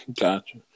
Gotcha